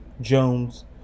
Jones